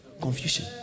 confusion